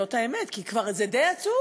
זאת האמת, כי כבר זה די עצוב.